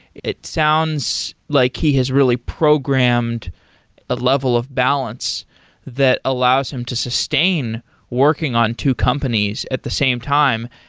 it sounds like he has really programmed a level of balance that allows him to sustain working on two companies at the same time.